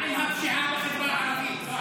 מה עם הפשיעה בחברה הערבית?